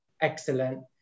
Excellent